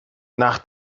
nach